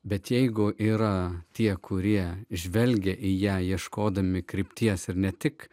bet jeigu yra tie kurie žvelgia į ją ieškodami krypties ir ne tik